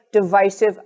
divisive